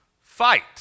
Fight